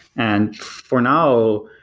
and for now,